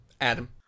adam